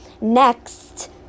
Next